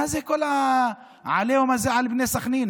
מה זה כל העליהום הזה על בני סח'נין?